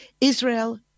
Israel